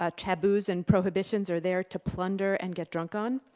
ah taboos and prohibitions are there to plunder and get drunk on.